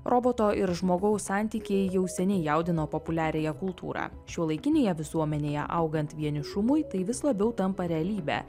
roboto ir žmogaus santykiai jau seniai jaudino populiariąją kultūrą šiuolaikinėje visuomenėje augant vienišumui tai vis labiau tampa realybe